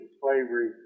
slavery